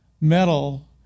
metal